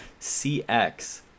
CX